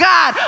God